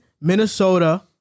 Minnesota